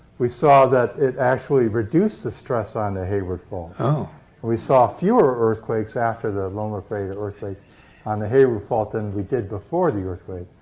we saw that it actually reduced the stress on the hayward fault. oh. and we saw fewer earthquakes after the loma prieta earthquake on the hayward fault than we did before the earthquake.